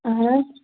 اَہَن حظ